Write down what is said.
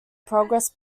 progress